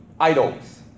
idols